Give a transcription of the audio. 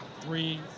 three